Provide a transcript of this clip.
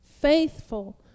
Faithful